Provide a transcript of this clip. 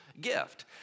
gift